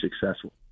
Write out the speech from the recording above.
successful